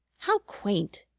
how quaint!